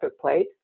plate